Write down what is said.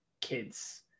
kids